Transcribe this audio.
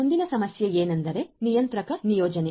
ಮುಂದಿನ ಸಮಸ್ಯೆಯೆಂದರೆ ನಿಯಂತ್ರಕ ನಿಯೋಜನೆ